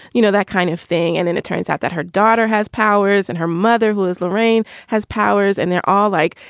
you know, that kind of thing. and then it turns out that her daughter has powers and her mother, who is laraine, has powers. and they're all like,